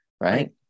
Right